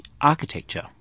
Architecture